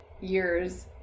years